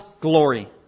glory